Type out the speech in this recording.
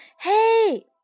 Hey